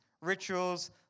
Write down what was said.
rituals